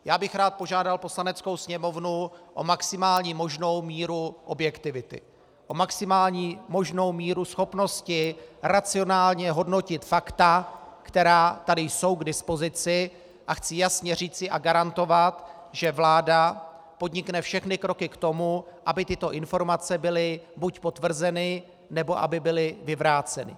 Já bych rád požádal Poslaneckou sněmovnu o maximální možnou míru objektivity, o maximální možnou míru schopnosti racionálně hodnotit fakta, která tady jsou k dispozici, a chci jasně říci a garantovat, že vláda podnikne všechny kroky k tomu, aby tyto informace byly buď potvrzeny, nebo aby byly vyvráceny.